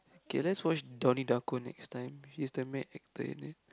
K let's watch Donnie-Darko next time he's the main actor in it